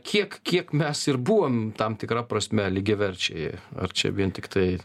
kiek kiek mes ir buvom tam tikra prasme lygiaverčiai ar čia vien tiktai